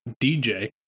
DJ